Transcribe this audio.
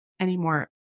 anymore